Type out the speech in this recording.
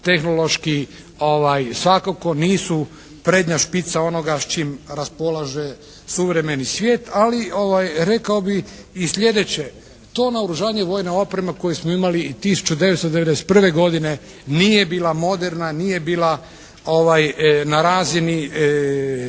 tehnološki svakako nisu prednja špica onoga s čim raspolaže suvremeni svijet, ali rekao bih i sljedeće to naoružanje vojne opreme koje smo imali iz 1991. godine nije bila moderna, nije bila na razini